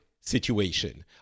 situation